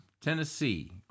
Tennessee